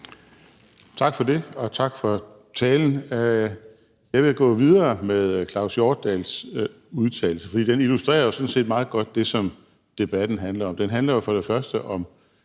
Tak for det, og tak for talen. Jeg vil gå videre med Claus Hjortdals udtalelser, for de illustrerer sådan set meget godt det, som debatten handler om. Den handler jo for det første om